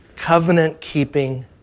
covenant-keeping